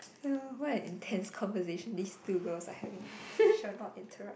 ya what an intense conversation these two girls are having should not interrupt